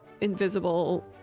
invisible